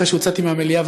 אחרי שהוצאתי מהמליאה,